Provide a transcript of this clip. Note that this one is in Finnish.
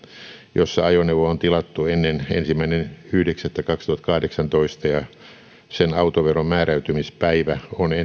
jossa ajoneuvo on tilattu ennen ensimmäinen yhdeksättä kaksituhattakahdeksantoista ja sen autoveron määräytymispäivä on